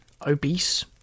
Obese